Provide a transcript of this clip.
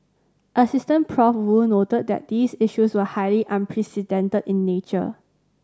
Assistant Prof Woo noted that these issues were highly unprecedented in nature